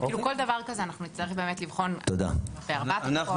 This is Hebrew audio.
אנחנו נצטרך לבחון כל דבר כזה בארבעת הקופות.